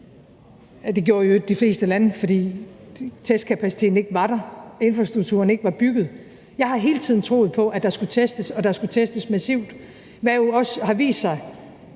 i øvrigt de fleste lande, fordi testkapaciteten ikke var der og infrastrukturen ikke var bygget. Jeg har hele tiden troet på, at der skulle testes, og at der skulle testes massivt, hvilket